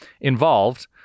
involved